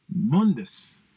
mundus